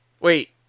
Wait